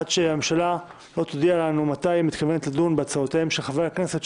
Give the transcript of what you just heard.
עד שהממשלה לא תודיע לנו מתי היא מתכוונת לדון בהצעותיהם של חברי הכנסת,